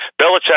Belichick